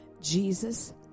Jesus